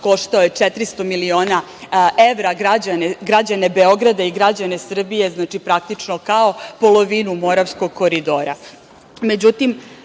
koštao je 400 miliona evra građene Beograda i građane Srbije, znači praktično kao polovinu Moravskog koridora.Međutim,